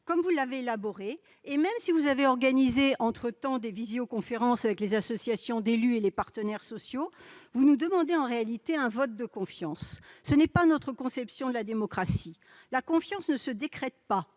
comme vous l'avez élaboré. Et même si vous avez organisé, entre-temps, des visioconférences avec les associations d'élus et les partenaires sociaux, vous nous demandez en réalité un vote de confiance. Ce n'est pas notre conception de la démocratie ! La confiance ne se décrète pas,